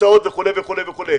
הקצאות וכולי וכולי.